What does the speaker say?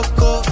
go